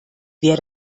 wer